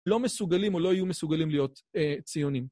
לא מסוגלים או לא היו מסוגלים להיות ציונים.